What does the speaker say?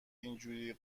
اینجوری